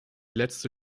letzte